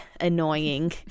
annoying